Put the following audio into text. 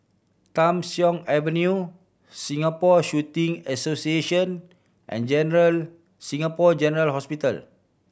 Tham Soong Avenue Singapore Shooting Association and General Singapore General Hospital